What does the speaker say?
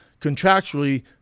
contractually